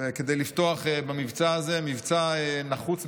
כדי לפתוח במבצע הזה, בעיניי מבצע נחוץ.